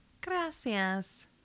gracias